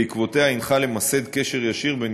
ובעקבותיה הוא הנחה למסד קשר ישיר בין